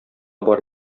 бар